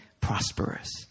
prosperous